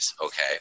okay